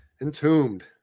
entombed